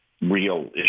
real